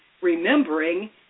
remembering